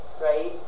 right